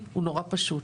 דורית,